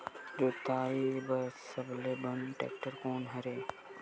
जोताई बर सबले बने टेक्टर कोन हरे?